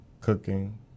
cooking